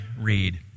read